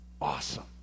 awesome